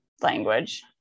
Language